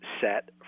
set